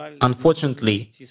Unfortunately